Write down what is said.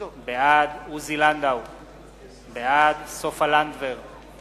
בעד עוזי לנדאו, בעד סופה לנדבר,